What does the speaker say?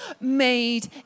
made